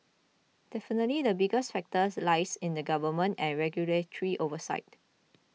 definitely the biggest factors lies in the government and regulatory oversight